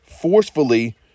forcefully